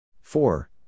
Four